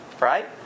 Right